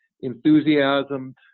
enthusiasm